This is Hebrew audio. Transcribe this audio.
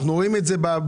אנחנו רואים את זה בבדיקות,